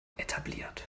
etabliert